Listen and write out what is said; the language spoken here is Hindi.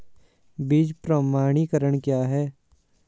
बीज प्रमाणीकरण क्या है?